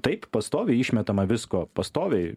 taip pastoviai išmetama visko pastoviai